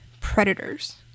predators